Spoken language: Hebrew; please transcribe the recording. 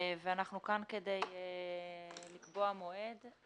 אנחנו כאן כדי לקבוע מועד לבחירות.